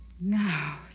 Now